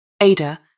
Ada